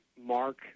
Mark